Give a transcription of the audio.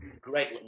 great